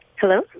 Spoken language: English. Hello